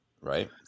right